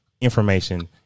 information